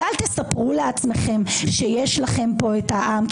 ואל תספרו לעצמכם שיש לכם פה את העם,